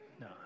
no